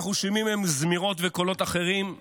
ואנחנו שומעים היום זמירות וקולות אחרים.